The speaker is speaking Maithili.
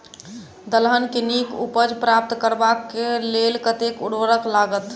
दलहन केँ नीक उपज प्राप्त करबाक लेल कतेक उर्वरक लागत?